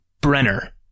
Brenner